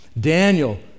Daniel